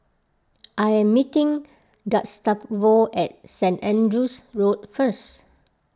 I am meeting Gustavo at Saint Andrew's Road first